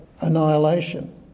annihilation